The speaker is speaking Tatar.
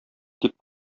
дип